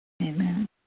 Amen